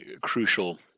crucial